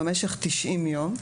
במשך 90 יום,